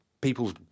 people's